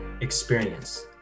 experience